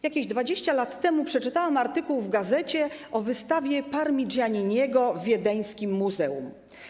Jakieś 20 lat temu przeczytałam artykuł w gazecie o wystawie Parmigianina w wiedeńskim muzeum.